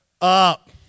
up